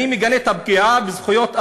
אני מגנה את הפגיעה בזכויות אדם,